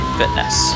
fitness